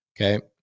okay